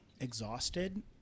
exhausted